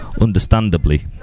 Understandably